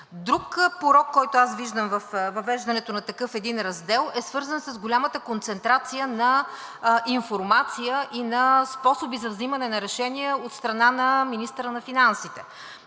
Друг порок, който аз виждам във въвеждането на такъв един раздел, е свързан с голямата концентрация на информация и на способи за взимане на решения от страна на министъра на финансите.